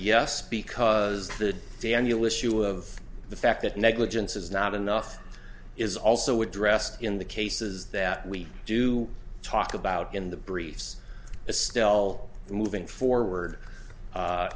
yes because the daniel issue of the fact that negligence is not enough is also addressed in the cases that we do talk about in the briefs is still moving forward